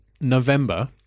November